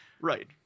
Right